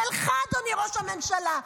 שלך, אדוני ראש הממשלה.